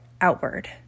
outward